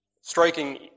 Striking